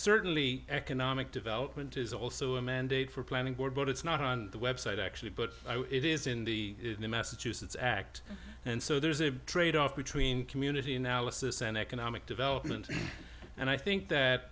certainly economic development is also a mandate for planning board but it's not on the website actually but it is in the massachusetts act and so there's a tradeoff between community analysis and economic development and i think that